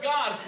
God